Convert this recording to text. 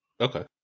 Okay